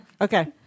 Okay